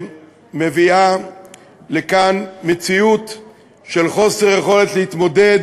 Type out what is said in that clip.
מביאה לכאן מציאות של חוסר יכולת להתמודד